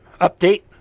Update